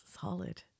Solid